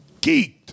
geeked